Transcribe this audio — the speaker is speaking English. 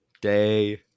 day